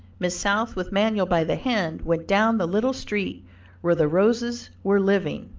miss south with manuel by the hand went down the little street where the rosas were living.